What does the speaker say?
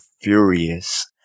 furious